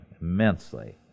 immensely